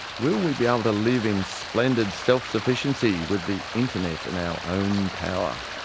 will we be able to live in splendid self sufficiency with the internet and our own power?